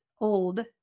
old